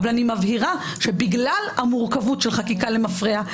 אבל אני מבהירה שבגלל המורכבות של חקיקה למפרע,